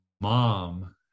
mom